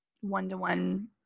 one-to-one